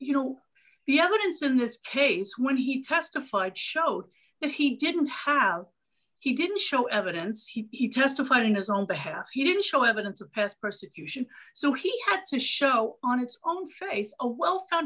you know the evidence in this case when he testified showed that he didn't have he didn't show evidence he testified in his own behalf he didn't show evidence of past persecution so he had to show on its own face a well